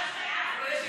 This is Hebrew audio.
רגע, אז את מצביעה בעד?